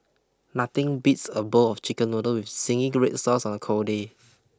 nothing beats a bowl of chicken noodles with zingy red sauce on a cold day